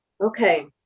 Okay